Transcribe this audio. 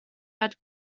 had